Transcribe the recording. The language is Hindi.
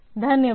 धन्यवाद